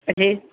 અજી